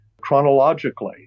chronologically